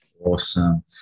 Awesome